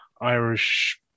Irish